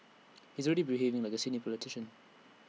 he's already behaving like A senior politician